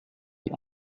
die